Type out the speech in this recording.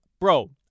bro